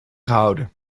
gehouden